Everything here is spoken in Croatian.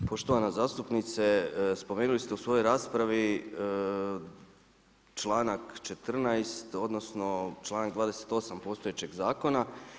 Poštovana zastupnice, spomenuli ste u svojoj raspravi članak 14. odnosno članak 28. postojećeg zakona.